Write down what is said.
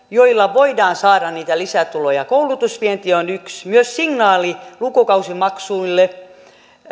joilla voidaan saada niitä lisätuloja koulutusvienti on yksi myös signaali lukukausimaksuista